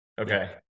Okay